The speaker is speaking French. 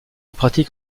pratique